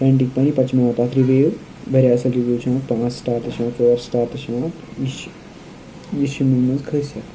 painting پَنٕنۍ پَتہٕ چھِ یِوان تَتھ رِوِو واریاہ اَصٕل رِوِو چھِ یِوان پانٛژھ سٕٹار تہِ چھ یِوان ژور سٕٹار تہِ چھِ یِوان یہِ چھِ یہِ چھِ مےٚ منٛز خٲصیت